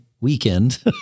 weekend